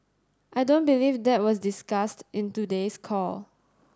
I don't believe that was discussed in today's call